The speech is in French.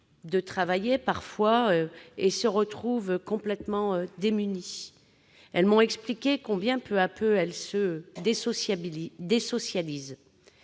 de travailler et se retrouvent complètement démunies. Elles m'ont expliqué combien, peu à peu, elles se désocialisent.